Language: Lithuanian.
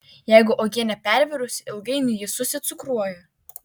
jeigu uogienė pervirusi ilgainiui ji susicukruoja